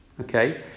Okay